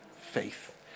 faith